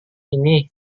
ini